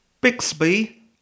Bixby